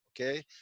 okay